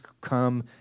come